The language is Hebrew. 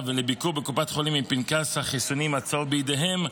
ולביקור בקופת חולים עם פנקס החיסונים הצהוב בידיהם,